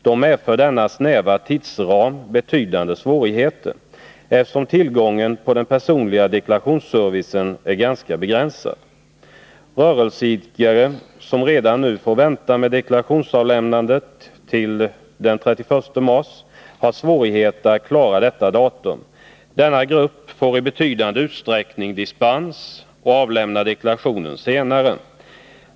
Då medför denna snäva tidsram betydande svårigheter, eftersom tillgången på den personliga deklarationsservicen är ganska begränsad. Rörelseidkare som redan nu får vänta med deklarationsavlämnandet till den 31 mars har svårigheter att klara detta datum. Denna grupp får i betydande utsträckning dispens att avlämna deklarationen senare.